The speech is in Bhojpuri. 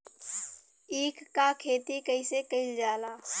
ईख क खेती कइसे कइल जाला?